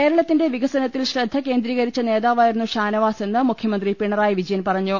കേരളത്തിന്റെ വികസനത്തിൽ ശ്രദ്ധ കേന്ദ്രീകരിച്ച നേതാവാ യിരുന്നു ഷാനവാസെന്ന് മുഖ്യമന്ത്രി പിണറായി വിജയൻ പറഞ്ഞു